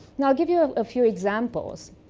i'll give you a few examples.